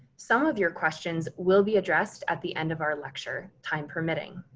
some of your questions will be addressed at the end of our lecture, time permitting